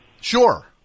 Sure